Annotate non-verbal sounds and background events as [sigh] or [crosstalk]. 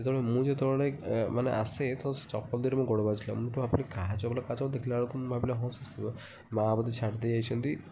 ଯେତେବେଳେ ମୁଁ ଯେତେବେଳେ ମାନେ ଆସେ ତ ସେ ଚପଲ ଦେହରେ ମୋ ଗୋଡ଼ ବାଜିଥିଲା ମୁଁ [unintelligible] ଭାବିଲି କାହା ଚପଲ କାହା ଚପଲ ଦେଖିଲା ବେଳକୁ ମୁଁ ଭାବିଲି ହଁ ସେ ମାଆ ବୋଧେ ଛାଡ଼ି ଦେଇ ଯାଇଛନ୍ତି